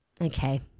Okay